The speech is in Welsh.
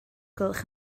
gwelwch